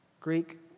Greek